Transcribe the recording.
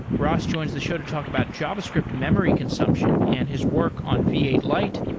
ross joins the show to talk about javascript memory consumption and his work on v eight lite,